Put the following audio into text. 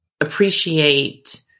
appreciate